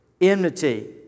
enmity